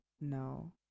No